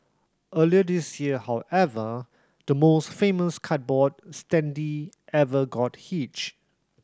earlier this year however the most famous cardboard standee ever got hitched